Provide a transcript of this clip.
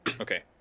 Okay